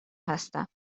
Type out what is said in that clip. هستم